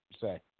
say